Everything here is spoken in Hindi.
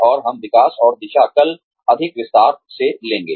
और हम विकास और दिशा कल अधिक विस्तार से लेंगे